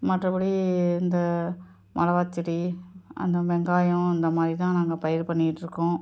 மற்றபடி இந்த மொளகாச்செடி அந்த வெங்காயம் அந்த மாதிரி தான் நாங்கள் பயிர் பண்ணிக்கிட்டிருக்கோம்